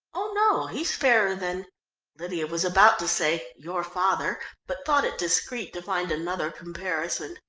oh, no, he's fairer than lydia was about to say your father, but thought it discreet to find another comparison.